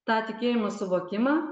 tą tikėjimo suvokimą